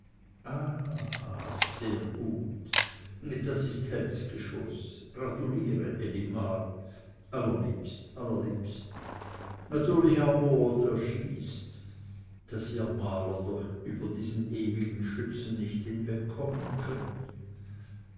sehr gut das ist tells geschoß gratuliere elimar allerliebst allerliebst natürlich amor der schießt daß ihr maler doch über diesen ewigen schützen nicht wegkommen könnt